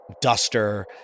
duster